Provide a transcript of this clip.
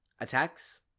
attacks